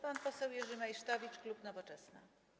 Pan poseł Jerzy Meysztowicz, klub Nowoczesna.